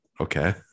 okay